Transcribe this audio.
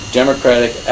democratic